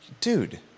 Dude